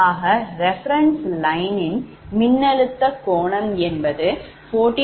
ஆக reference line இன் மின்னழுத்த கோணம் என்பது 14